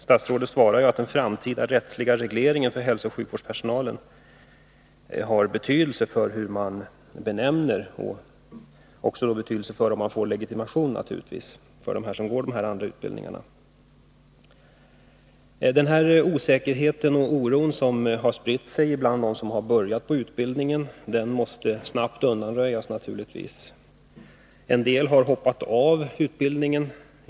Statsrådet svarar att den framtida rättsliga regleringen för hälsooch sjukvårdspersonalen har betydelse för vilken benämning utbildningen leder till och om man får legitimation. Den osäkerhet och oro som har spritt sig bland dem som har påbörjat utbildningen måste naturligtvis snabbt undanröjas.